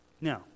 Now